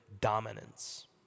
dominance